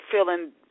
feeling